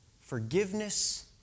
Forgiveness